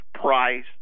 price